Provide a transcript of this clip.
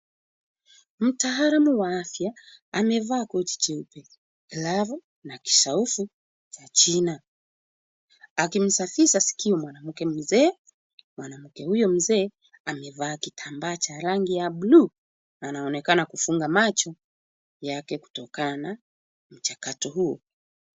Mtaalamu wa afya amevaa koti jeupe glavu na kishauvu cha jina akimsafisha sikio mwanamke mzee. Mwanamke huyo mzee amevaa kitambaa cha rangi ya buluu na anaonekana kufunga macho yake kutokana na mchakato huo.